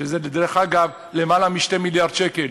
שזה, דרך אגב, למעלה מ-2 מיליארד שקל.